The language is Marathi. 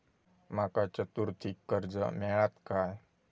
माका चतुर्थीक कर्ज मेळात काय?